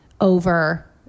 over